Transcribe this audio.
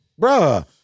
Bruh